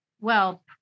well-